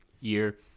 year